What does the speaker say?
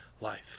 life